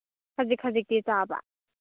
ꯈꯖꯤꯛ ꯈꯖꯤꯛꯇꯤ ꯆꯥꯕ